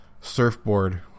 surfboard